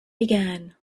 began